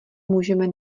můžeme